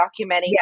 documenting